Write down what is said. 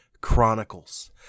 Chronicles